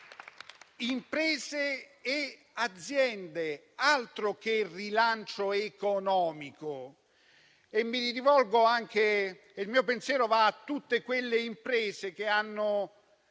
imprese e aziende, altro che rilancio economico. Il mio pensiero va a tutte le imprese che hanno